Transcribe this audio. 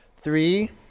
Three